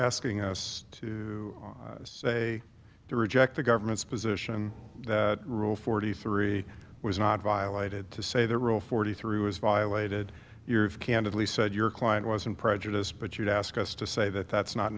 asking us to say to reject the government's position rule forty three was not violated to say the rule forty three was violated your candidly said your client wasn't prejudiced but you'd ask us to say that that's not